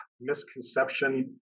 misconception